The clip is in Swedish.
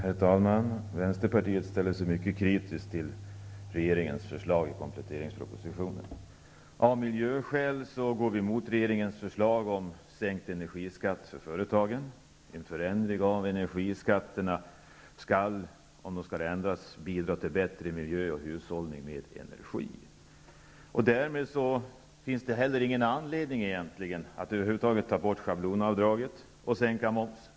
Herr talman! Vänsterpartiet ställer sig mycket kritiskt till regeringens förslag i kompletteringspropositionen. Av miljöskäl går vi emot regeringens förslag om sänkt energiskatt för företagen. Om energiskatterna skall ändras, skall förändringen bidra till bättre miljö och hushållning med energi. Därmed finns det egentligen ingen anledning att över huvud taget ta bort schablonavdraget och sänka momsen.